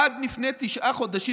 עד לפני תשעה חודשים,